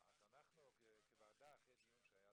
בישראל, של הוועדה לפניות הציבור.